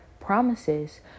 promises